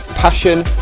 passion